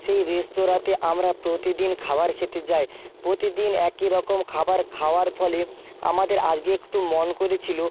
সেই রেস্তোরাঁতে আমরা প্রতিদিন খাবার খেতে যাই প্রতিদিন একই রকম খাবার খাওয়ার ফলে আমাদের আজকে একটু মন করেছিল